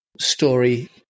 Story